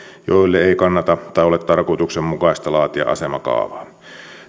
joille ei kannata tai ole tarkoituksenmukaista laatia asemakaavaa